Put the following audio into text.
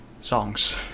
songs